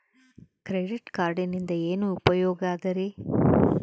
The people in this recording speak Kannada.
ಕ್ರೆಡಿಟ್ ಕಾರ್ಡಿನಿಂದ ಏನು ಉಪಯೋಗದರಿ?